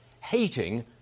hating